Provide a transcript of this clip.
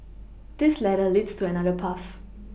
this ladder leads to another path